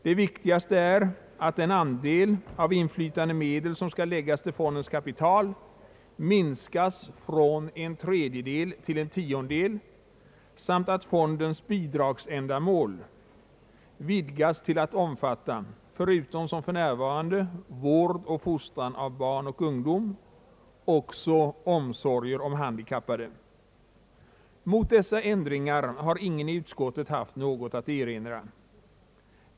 De viktigaste är att den andel av inflytande medel som skall läggas till fondens kapital minskas från en tredjedel till en tiondel samt att fondens bidragsändamål vidgas till att omfatta — förutom som för närvarande vård och fostran av barn och ungdom — också omsorger om handikappade. Mot dessa ändringar har ingen i utskottet haft något att erinra.